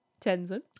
Tenzin